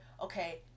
okay